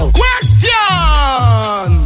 question